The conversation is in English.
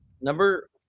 number